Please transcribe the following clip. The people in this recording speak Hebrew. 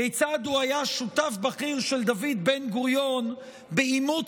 כיצד הוא היה שותף בכיר של דוד בן-גוריון באימוץ